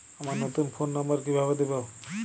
আমার নতুন phone number কিভাবে দিবো?